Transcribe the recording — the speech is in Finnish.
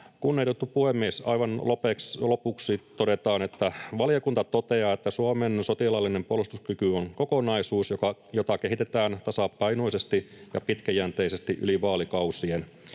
Kunnioitettu puhemies! Aivan lopuksi todetaan, että valiokunta toteaa, että Suomen sotilaallinen puolustuskyky on kokonaisuus, jota kehitetään tasapainoisesti ja pitkäjänteisesti yli vaalikausien.